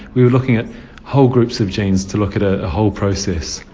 we were looking at whole groups of genes to look at a whole process.